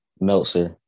Meltzer